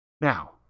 Now